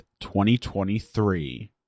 2023